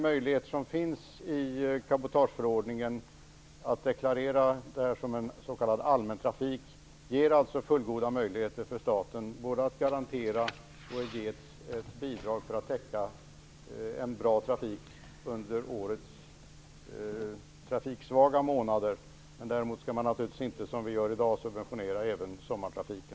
Möjligheterna i cabotageförordningen att deklarera detta som s.k. allmäntrafik ger alltså fullgoda möjligheter för staten både att garantera och att ge ett bidrag för att täcka en bra trafik under årets trafiksvaga månader. Däremot skall man naturligtvis inte som i dag subventionera även sommartrafiken.